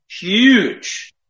huge